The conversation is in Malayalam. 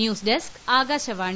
ന്യൂസ്ഡെസ്ക് ആകാശവാണി